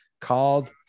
called